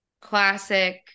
classic